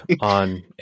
on